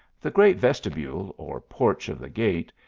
the great vestibule, or porch of the gate,